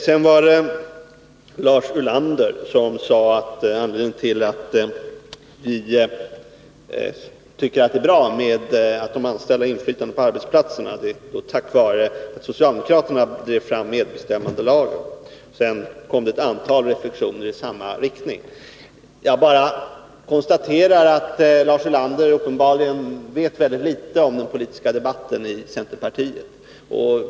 Lars Ulander sade att anledningen till att de anställda får medinflytande på arbetsmarknaden var att socialdemokraterna drev fram MBL. Sedan gjorde han ett antal reflektioner i samma riktning. Jag bara konstaterar att Lars Ulander uppenbarligen vet litet om den politiska debatten i centerpartiet.